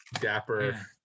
dapper